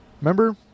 remember